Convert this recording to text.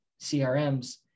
CRMs